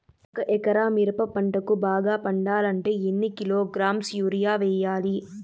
ఒక ఎకరా మిరప పంటకు బాగా పండాలంటే ఎన్ని కిలోగ్రామ్స్ యూరియ వెయ్యాలి?